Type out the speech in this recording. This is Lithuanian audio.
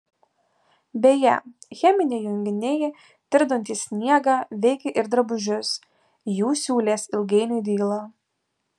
beje cheminiai junginiai tirpdantys sniegą veikia ir drabužius jų siūlės ilgainiui dyla